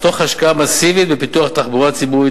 אך תוך השקעה מסיבית בפיתוח תחבורה ציבורית